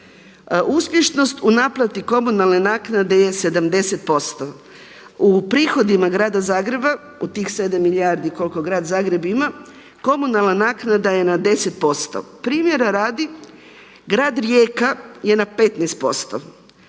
Uspješnost u naplati komunalne naknade je 70%. U prihodima grada Zagreba u tih 7 milijardi koliko Grad Zagreb ima komunalna naknada je na 10%. Primjera radi Grad Rijeka je na 15%,